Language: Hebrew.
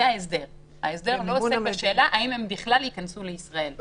הוא לא עוסק בשאלה האם הם בכלל ייכנסו לישראל,